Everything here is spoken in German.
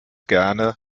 gern